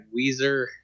Weezer